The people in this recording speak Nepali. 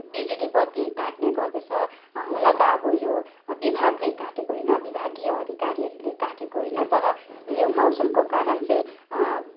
बिजुली बत्ती काट्ने गर्दछ हुन त अब यो विभागले काटेको होइन विभागीय अधिकारीहरूले काटेको होइन तर यो मौसमको कारण चाहिँ